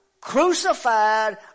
crucified